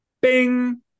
bing